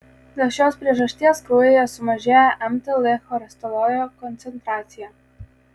dėl šios priežasties kraujyje sumažėja mtl cholesterolio koncentracija